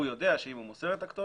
הוא יודע שאם הוא מוסר את הכתובת,